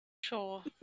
Sure